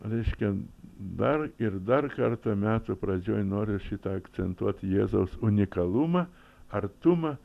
reiškia dar ir dar kartą metų pradžioj noriu šitą akcentuoti jėzaus unikalumą artumą